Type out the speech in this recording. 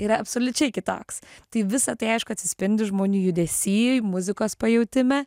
yra absoliučiai kitoks tai visa tai aišku atsispindi žmonių judesy muzikos pajautime